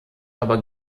aber